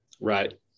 Right